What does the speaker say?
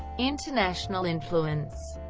international influence